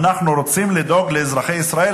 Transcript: אנחנו רוצים לדאוג לאזרחי ישראל,